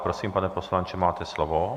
Prosím, pane poslanče, máte slovo.